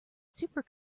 super